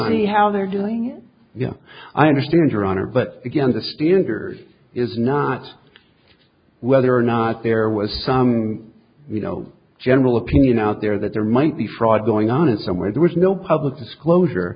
the how they're doing it yeah i understand your honor but again the standers is not whether or not there was some you know general opinion out there that there might be fraud going on and somewhere there was no public disclosure